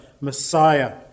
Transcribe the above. Messiah